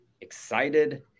excited